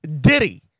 Diddy